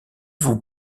vous